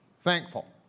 thankful